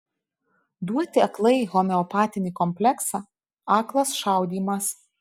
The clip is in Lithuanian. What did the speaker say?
duoti aklai homeopatinį kompleksą aklas šaudymas